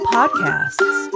Podcasts